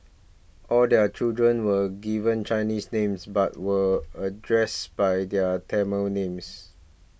all their children were given Chinese names but were addressed by their Tamil names